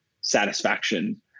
satisfaction